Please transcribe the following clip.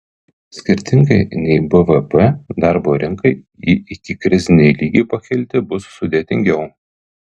skirtingai nei bvp darbo rinkai į ikikrizinį lygį pakilti bus sudėtingiau